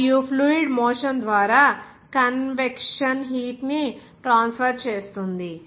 మరియు fluid motion ద్వారా convection heat ని ట్రాన్స్ఫర్ చేస్తుంది